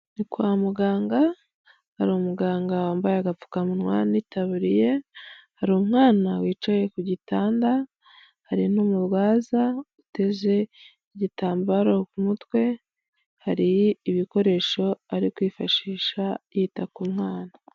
Ni kwa muganga hari umuganga wambaye agapfukamunwa n'itaburiye, hari umwana wicaye ku gitanda hari n'umurwaza uteze igitambaro ku mutwe hari ibikoresho ari kwifashisha yita ku mwana.